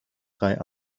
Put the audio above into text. vrij